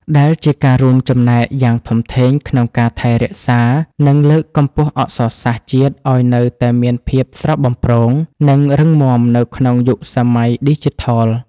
ដែលជាការរួមចំណែកយ៉ាងធំធេងក្នុងការថែរក្សា និងលើកកម្ពស់អក្សរសាស្ត្រជាតិឱ្យនៅតែមានភាពស្រស់បំព្រង និងរឹងមាំនៅក្នុងយុគសម័យឌីជីថល។